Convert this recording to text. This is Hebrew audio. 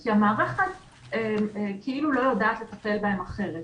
כי המערכת כאילו לא יודעת לטפל בהם אחרת.